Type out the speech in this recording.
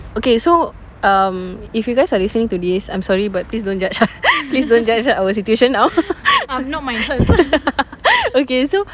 okay so um if you guys are listening to this I'm sorry but please don't judge please don't judge our situation now okay so